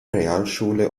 realschule